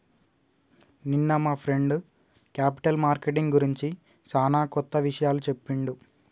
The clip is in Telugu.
నిన్న మా ఫ్రెండ్ క్యాపిటల్ మార్కెటింగ్ గురించి సానా కొత్త విషయాలు చెప్పిండు